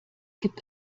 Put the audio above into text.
gibt